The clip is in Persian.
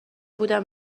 بودم